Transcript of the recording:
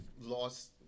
lost